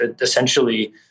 essentially